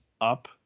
up